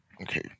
Okay